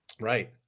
Right